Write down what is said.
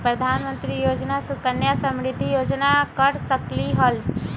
प्रधानमंत्री योजना सुकन्या समृद्धि योजना कर सकलीहल?